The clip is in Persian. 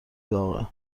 داغه